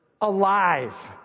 Alive